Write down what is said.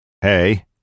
hey